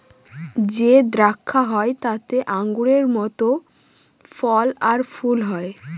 যে দ্রাক্ষা হয় তাতে আঙুরের মত ফল আর ফুল হয়